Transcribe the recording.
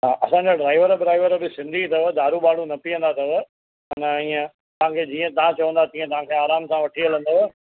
हा असां जा ड्राइवर व्राइवर बि सिंधी अथव दारू वारू न पियंदा अथव न इएं जीअं तव्हां चवंदा तीअं तव्हां खे आराम सां वठी हलंदव